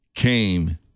came